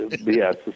Yes